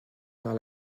par